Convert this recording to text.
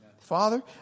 Father